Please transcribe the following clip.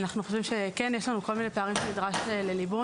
אנחנו חושבים שכן יש לנו כל מיני פערים שנדרשים לליבון,